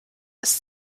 ist